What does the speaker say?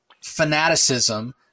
fanaticism